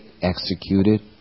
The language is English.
executed